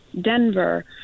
Denver